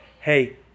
Hey